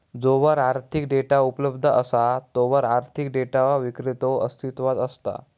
जोवर आर्थिक डेटा उपलब्ध असा तोवर आर्थिक डेटा विक्रेतो अस्तित्वात असता